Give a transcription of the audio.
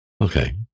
Okay